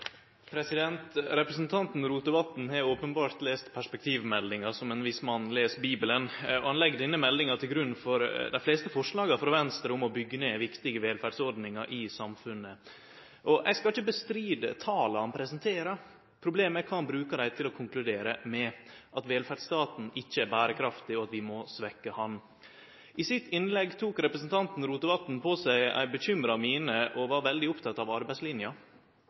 Representanten Rotevatn har openbert lese perspektivmeldinga som ein viss mann leser Bibelen. Han legg denne meldinga til grunn for dei fleste forslaga frå Venstre om å byggje ned viktige velferdsordningar i samfunnet. Eg skal ikkje ta avstand frå tala han presenterer. Problemet er kva han bruker dei til å konkludere med – at velferdsstaten ikkje er berekraftig, og at vi må svekke han. I sitt innlegg tok representanten Rotevatn på seg ei bekymra mine og var veldig opptatt av arbeidslinja.